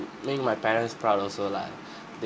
ling my parents proud also lah they